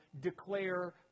declare